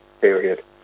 period